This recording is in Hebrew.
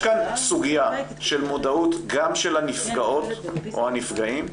יש כאן סוגיה של מודעות גם של הנפגעות או הנפגעים,